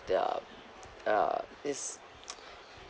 their uh this